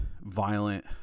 violent